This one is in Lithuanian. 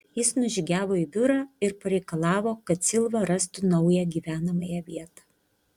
jis nužygiavo į biurą ir pareikalavo kad silva rastų naują gyvenamąją vietą